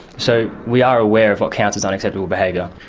so we are aware of what counts as unacceptable behaviour.